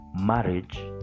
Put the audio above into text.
marriage